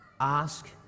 ask